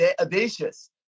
audacious